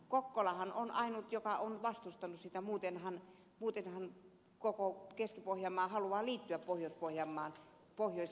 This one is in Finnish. kokkolahan on ainut joka on vastustanut sitä muutenhan koko keski pohjanmaa haluaa liittyä pohjois pohjanmaahan pohjoiseen suuntaan